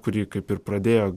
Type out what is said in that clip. kurį kaip ir pradėjo